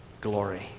glory